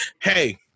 Hey